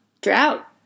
drought